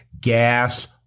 gas